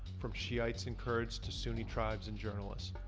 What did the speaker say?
from shiites and kurds to sunni tribes and journalists.